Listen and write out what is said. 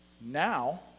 now